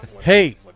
Hey